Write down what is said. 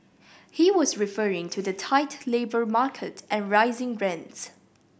he was referring to the tight labour market and rising rents